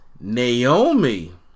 Naomi